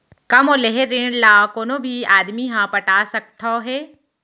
का मोर लेहे ऋण ला कोनो भी आदमी ह पटा सकथव हे?